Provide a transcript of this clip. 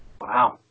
Wow